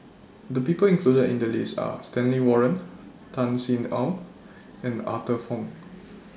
The People included in The list Are Stanley Warren Tan Sin Aun and Arthur Fong